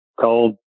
cold